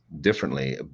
differently